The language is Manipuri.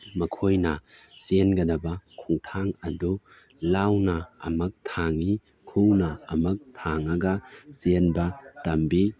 ꯃꯈꯣꯏꯅ ꯆꯦꯟꯒꯗꯕ ꯈꯣꯡꯊꯥꯡ ꯑꯗꯨ ꯂꯥꯎꯅ ꯑꯃꯨꯛ ꯊꯥꯡꯏ ꯈꯨꯅ ꯑꯃꯨꯛ ꯊꯥꯡꯉꯒ ꯆꯦꯟꯕ ꯇꯝꯕꯤ